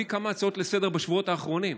כמה הצעות לסדר-היום בשבועות האחרונים.